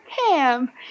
Cam